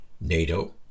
NATO